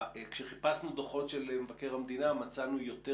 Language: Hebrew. כשחיפשנו דוחות של מבקר המדינה מצאנו יותר